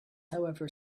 however